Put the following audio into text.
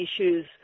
issues